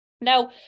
Now